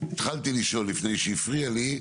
התחלתי לשאול, לפני שהיא הפריעה לי,